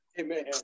amen